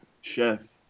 Chef